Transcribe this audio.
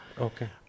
okay